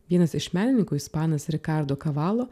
vienas iš menininkų ispanas rikardo kavalo